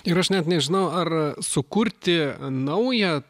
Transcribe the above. ir aš net nežinau ar sukurti naują